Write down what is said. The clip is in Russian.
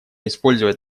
использовать